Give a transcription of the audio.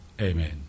Amen